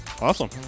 awesome